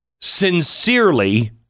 Sincerely